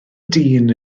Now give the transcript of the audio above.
dyn